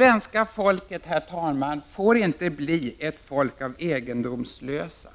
Svenska folket får inte bli ett folk av egendomslösa,